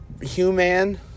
human